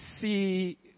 see